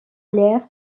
l’air